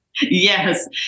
Yes